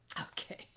Okay